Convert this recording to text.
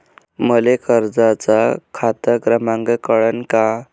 मले कर्जाचा खात क्रमांक कळन का?